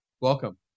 Welcome